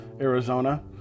Arizona